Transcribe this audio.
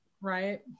right